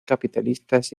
capitalistas